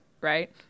right